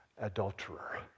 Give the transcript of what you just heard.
adulterer